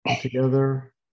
together